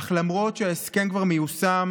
אך למרות שההסכם כבר מיושם,